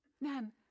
Nan